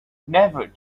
never